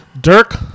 Dirk